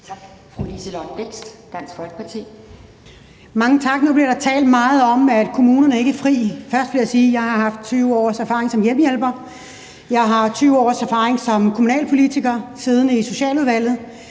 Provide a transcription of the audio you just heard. Kl. 11:00 Liselott Blixt (DF): Mange tak. Nu bliver der talt meget om, at kommunerne ikke er fri. Først vil jeg sige, at jeg har haft 20 års erfaring som hjemmehjælper. Jeg har 20 års erfaring som kommunalpolitiker siddende i socialudvalget,